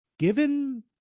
Given